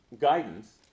guidance